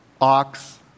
ox